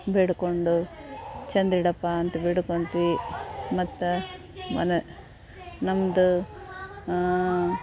ಬೇಡಿಕೊಂಡು ಚಂದ ಇಡಪ್ಪ ಅಂತ ಬೇಡ್ಕೊತಿವಿ ಮತ್ತು ಮನ ನಮ್ದು ಆಂ